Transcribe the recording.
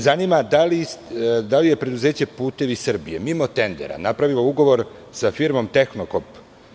Zanima me – da li je preduzeće "Putevi Srbije" mimo tendera napravilo ugovor sa firmom "Tehnokop"